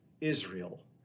Israel